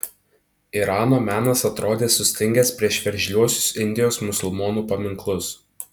irano menas atrodė sustingęs prieš veržliuosius indijos musulmonų paminklus